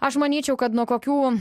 aš manyčiau kad nuo kokių